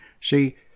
See